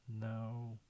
no